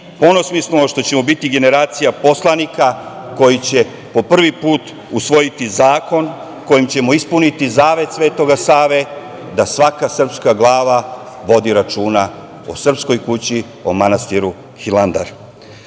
Ponosni smo što ćemo biti generacija poslanika koji će po prvi put usvojiti zakon kojim ćemo ispuniti zavet Svetog Save da svaka srpska glava vodi računa o srpskoj kući, o manastiru